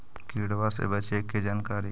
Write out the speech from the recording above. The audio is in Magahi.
किड़बा से बचे के जानकारी?